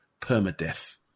permadeath